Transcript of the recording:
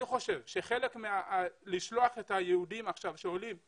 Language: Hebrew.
אני חושב שלשלוח את היהודים שעולים לפריפריה,